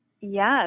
Yes